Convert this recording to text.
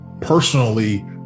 personally